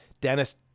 Dennis